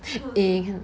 ya